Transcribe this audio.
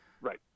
Right